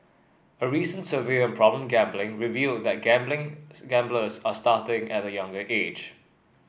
a recent survey on problem gambling revealed that gambling gamblers are starting at a younger age